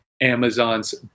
amazon's